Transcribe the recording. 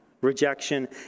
rejection